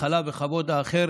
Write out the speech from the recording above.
הכלה וכבוד האחר